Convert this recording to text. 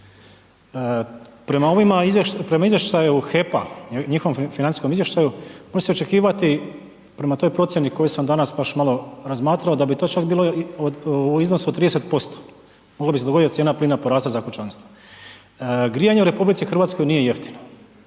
prema izvještaju HEP-a njihovom financijskom izvještaju može se očekivati prema toj procjeni koju sam danas baš malo razmatrao da bi to čak bilo u iznosu od 30%, moglo bi se dogodit da cijena plina poraste za kućanstva. Grijanje u RH nije jeftino,